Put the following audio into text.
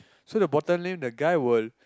so the bottom lane the guy will